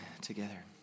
together